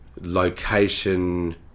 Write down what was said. location